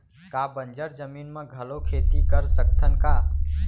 का बंजर जमीन म घलो खेती कर सकथन का?